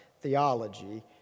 theology